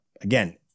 again